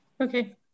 okay